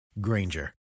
Granger